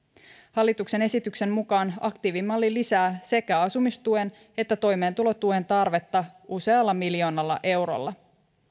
hallituksen esityksen mukaan aktiivimalli lisää sekä asumistuen että toimeentulotuen tarvetta usealla miljoonalla eurolla